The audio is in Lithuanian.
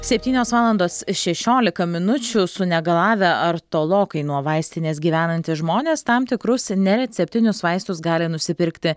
septynios valandos šešiolika minučių sunegalavę ar tolokai nuo vaistinės gyvenantys žmonės tam tikrus nereceptinius vaistus gali nusipirkti